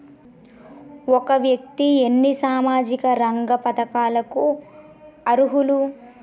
ఒక వ్యక్తి ఎన్ని సామాజిక రంగ పథకాలకు అర్హులు?